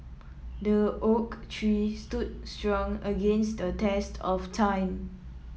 the oak tree stood strong against the test of time